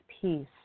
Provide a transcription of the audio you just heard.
peace